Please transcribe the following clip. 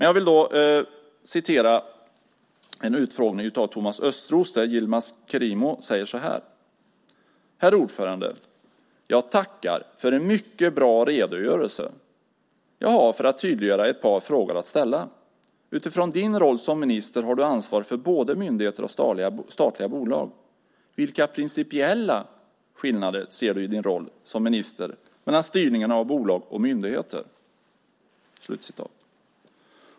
Jag ska citera ur en utfrågning av Thomas Östros där Yilmaz Kerimo säger: "Herr ordförande! Jag tackar för en mycket bra redogörelse. Jag har för att tydliggöra ett par frågor att ställa. Utifrån din roll som minister har du ansvar för både myndigheter och statliga bolag. Vilka principiella skillnader ser du i din roll som minister mellan styrningarna av bolag och myndigheter?"